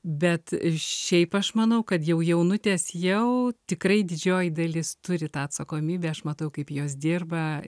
bet šiaip aš manau kad jau jaunutės jau tikrai didžioji dalis turi tą atsakomybę aš matau kaip jos dirba